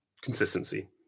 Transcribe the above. consistency